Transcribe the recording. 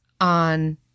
on